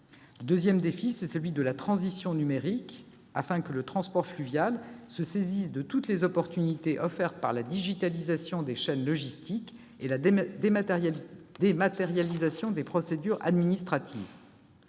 Le deuxième défi est celui de la transition numérique ; l'objectif est que le transport fluvial se saisisse de toutes les opportunités offertes par la digitalisation des chaînes logistiques et par la dématérialisation des procédures administratives.